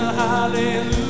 hallelujah